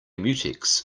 mutex